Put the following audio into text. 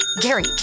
Gary